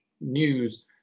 news